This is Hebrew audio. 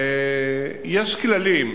יש כללים.